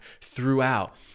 throughout